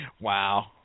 Wow